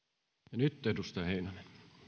nyt edustaja heinonen